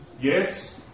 yes